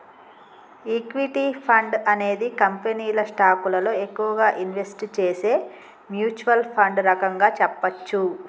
equity fund అనేది కంపెనీల స్టాకులలో ఎక్కువగా ఇన్వెస్ట్ చేసే మ్యూచ్వల్ ఫండ్ రకంగా చెప్పచ్చు